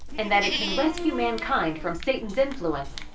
and that it can rescue mankind from satan's influence,